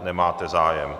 Nemáte zájem.